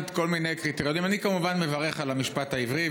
אני כמובן מברך על המשפט העברי,